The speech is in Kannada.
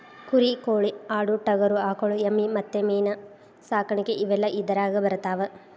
ಕುರಿ ಕೋಳಿ ಆಡು ಟಗರು ಆಕಳ ಎಮ್ಮಿ ಮತ್ತ ಮೇನ ಸಾಕಾಣಿಕೆ ಇವೆಲ್ಲ ಇದರಾಗ ಬರತಾವ